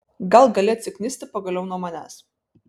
gal gali atsiknisti pagaliau nuo manęs